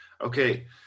Okay